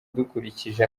dukurikije